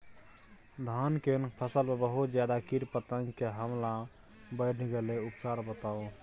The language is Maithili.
धान के फसल पर बहुत ज्यादा कीट पतंग के हमला बईढ़ गेलईय उपचार बताउ?